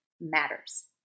matters